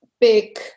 big